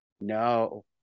no